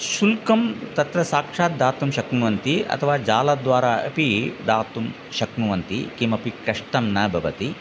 शुल्कं तत्र साक्षात् दातुं शक्नुवन्ति अथवा जालद्वारा अपि दातुं शक्नुवन्ति किमपि कष्टं न भवति